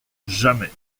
jamais